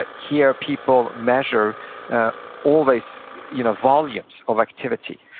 ah here people measure always you know volumes of activity.